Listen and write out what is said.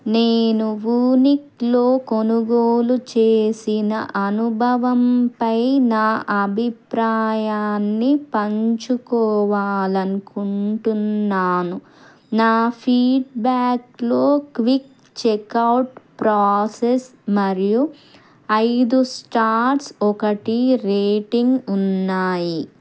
నేను వూనిక్లో కొనుగోలు చేసిన అనుభవం పై నా అభిప్రాయాన్ని పంచుకోవాలి అనుకుంటున్నాను నా ఫీడ్బ్యాక్లో క్విక్ చెకవుట్ ప్రాసెస్ మరియు ఐదు స్టార్స్ ఒకటి రేటింగ్ ఉన్నాయి